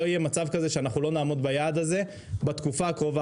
לא יהיה מצב כזה שאנחנו לא נעמוד ביעד הזה בתקופה הקרובה.